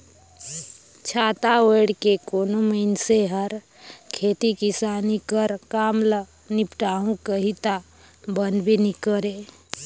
छाता ओएढ़ के कोनो मइनसे हर खेती किसानी कर काम ल निपटाहू कही ता बनबे नी करे